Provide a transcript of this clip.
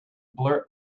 blurt